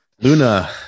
Luna